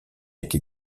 été